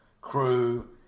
crew